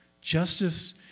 Justice